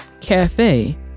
Cafe